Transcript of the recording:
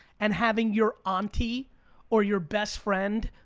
and having your auntie or your best friend,